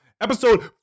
Episode